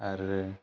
आरो